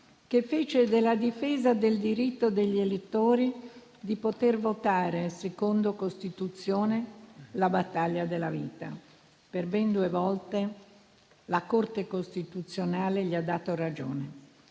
che fece della difesa del diritto degli elettori di poter votare secondo Costituzione la battaglia della vita. Per ben due volte, la Corte costituzionale gli ha dato ragione,